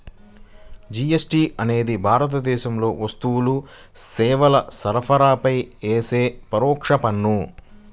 GST అనేది భారతదేశంలో వస్తువులు, సేవల సరఫరాపై యేసే పరోక్ష పన్ను